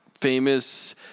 famous